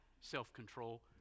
self-control